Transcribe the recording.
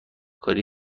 کردن